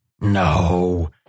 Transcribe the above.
No